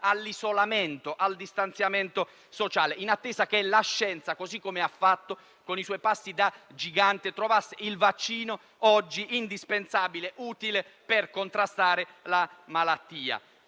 all'isolamento e al distanziamento sociale, in attesa che la scienza, così come ha fatto, con i suoi passi da gigante, trovasse il vaccino, oggi indispensabile per contrastare la malattia.